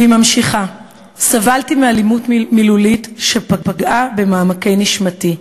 והיא ממשיכה: "סבלתי מאלימות מילולית שפגעה במעמקי נשמתי.